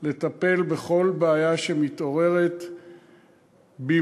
לטפל בכל בעיה שמתעוררת במהירות,